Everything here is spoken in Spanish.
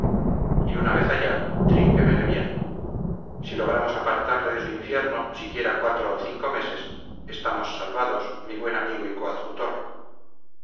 y una vez allá trínquemele bien si logramos apartarle de su infierno siquiera cuatro o cinco meses estamos salvados mi buen amigo y